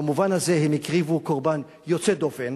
במובן הזה הם הקריבו קורבן יוצא דופן.